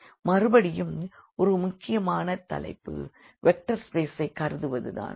மறுபடியும் ஒரு முக்கியமான தலைப்பு வெக்டர் ஸ்பேசைக் கருதுவது தான்